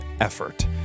effort